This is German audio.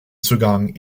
zugang